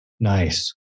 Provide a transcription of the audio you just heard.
Nice